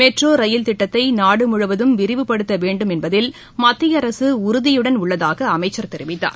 metro rail திட்டத்தை நாடு முழுவதும் விரிவுபடுத்த வேண்டும் என்பதில் மத்திய அரசு உறுதியுடன் உள்ளதாக அமைச்சர் தெரிவித்தார்